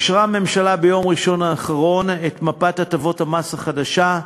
אישרה הממשלה ביום ראשון האחרון את מפת הטבות המס החדשה,